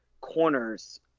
corners